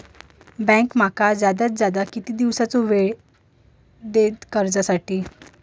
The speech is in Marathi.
बँक माका जादात जादा किती दिवसाचो येळ देयीत कर्जासाठी?